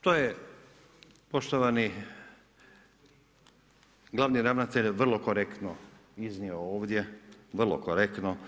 To je poštovani glavni ravnatelj vrlo korektno iznio ovdje, vrlo korektno.